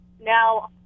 now